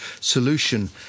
solution